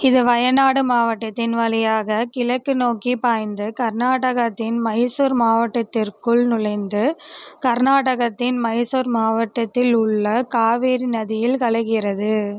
இது வயநாடு மாவட்டத்தின் வழியாக கிழக்கு நோக்கிப் பாய்ந்து கர்நாடகத்தின் மைசூர் மாவட்டத்திற்குள் நுழைந்து கர்நாடகத்தின் மைசூர் மாவட்டத்தில் உள்ள காவேரி நதியில் கலகிறது